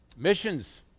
Missions